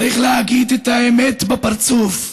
צריך להגיד את האמת בפרצוף: